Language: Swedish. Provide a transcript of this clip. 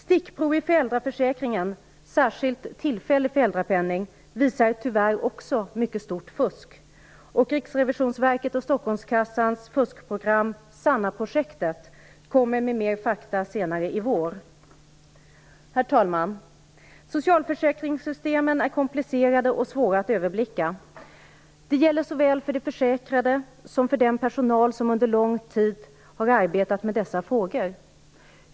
Stickprov i föräldraförsäkringen, särskild tillfällig föräldrapenning, visar tyvärr också att det förekommer mycket stort fusk. Riksrevisionsverket och Stockholmskassans fuskprogram SANNA-projektet kommer med mer fakta senare i vår. Herr talman! Socialförsäkringssystemen är komplicerade och svåra att överblicka. Det gäller såväl för de försäkrade som för den personal som under lång tid har arbetat med dessa frågor.